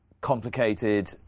complicated